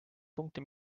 punkti